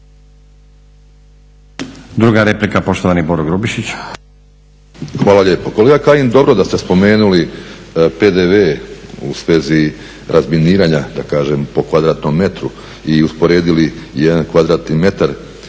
Grubišić. **Grubišić, Boro (HDSSB)** Hvala lijepo. Kolega Kajin, dobro da ste spomenuli PDV u svezi razminiranja, da kažem, po kvadratnom metru i usporedili jedan kvadratni metar,